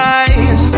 eyes